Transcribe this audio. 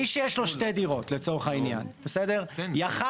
מי שיש לו שתי דירות לצורך העניין יכול בעתיד,